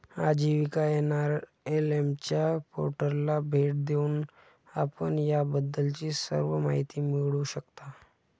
आजीविका एन.आर.एल.एम च्या पोर्टलला भेट देऊन आपण याबद्दलची सर्व माहिती मिळवू शकता